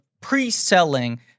pre-selling